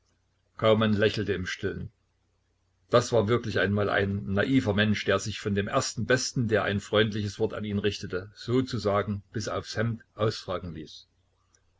kaumann lächelte im stillen das war wirklich einmal ein naiver mensch der sich von dem ersten besten der ein freundliches wort an ihn richtete sozusagen bis aufs hemd ausfragen ließ